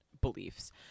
beliefs